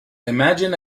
imagine